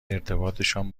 ارتباطشان